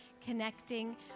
connecting